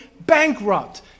bankrupt